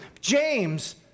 James